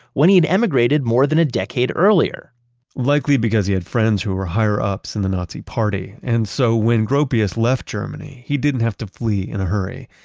when he'd emigrated more than a decade earlier likely because he had friends who were higher ups in the nazi party and so when gropius left germany, he didn't have to flee in a hurry.